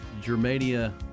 Germania